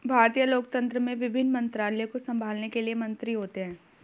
भारतीय लोकतंत्र में विभिन्न मंत्रालयों को संभालने के लिए मंत्री होते हैं